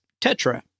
Tetra